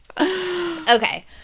Okay